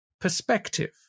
perspective